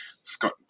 Scott